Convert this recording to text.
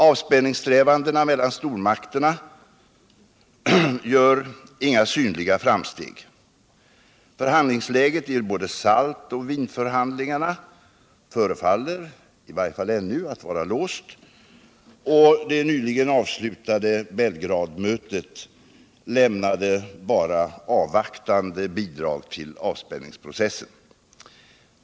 Avspänningssträvandena mellan stormakterna gör inga synliga framsteg. Förhandlingsläget i både Saltoch Wienförhandlingarna tycks — i varje fall ännu — vara låst, och det nyligen avslutade Belgradmötet lämnade bara avvaktande bidrag till avspänningsprocessen.